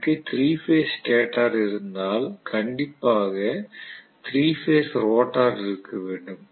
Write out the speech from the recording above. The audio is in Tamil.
எனக்கு 3 பேஸ் ஸ்டேட்டர் இருந்தால் கண்டிப்பாக 3 பேஸ் ரோட்டார் இருக்க வேண்டும்